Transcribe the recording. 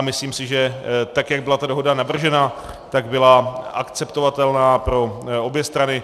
Myslím si, že tak jak byla ta dohoda navržena, tak byla akceptovatelná pro obě strany.